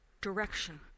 direction